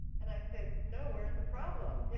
and i said, no, where's the problem?